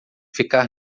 ficar